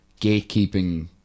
gatekeeping